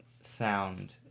sound